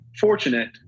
fortunate